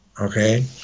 okay